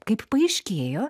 kaip paaiškėjo